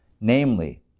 namely